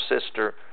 sister